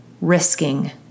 risking